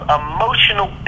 emotional